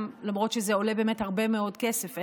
למרות שזה באמת עולה הרבה מאוד כסף,